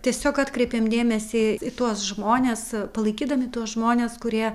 tiesiog atkreipėm dėmesį į tuos žmones palaikydami tuos žmones kurie